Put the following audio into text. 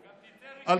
היא גם תצא ראשונה.